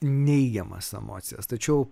neigiamas emocijas tačiau